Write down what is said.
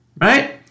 right